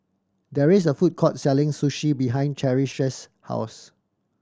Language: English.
there is a food court selling Sushi behind Cherish's house